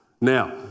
now